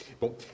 Bon